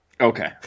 okay